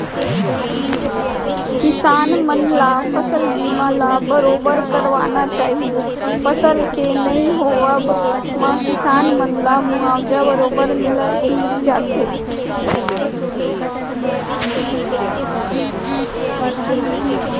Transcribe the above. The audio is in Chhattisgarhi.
किसान मन ल फसल बीमा ल बरोबर करवाना चाही फसल के नइ होवब म किसान मन ला मुवाजा बरोबर मिल ही जाथे